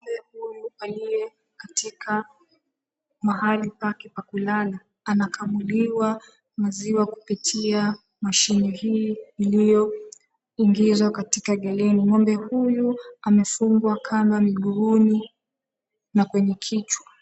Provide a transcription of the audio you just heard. Ng'ombe huyu aliye katika mahali pake pa kulala. Anakamuliwa maziwa kupitia mashini hii iliyoingizwa katika geleni. Ng'ombe huyu amefungwa kamba miguuni na kwenye kichwa.